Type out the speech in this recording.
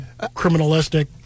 criminalistic